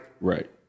Right